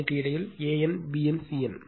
a n b n c n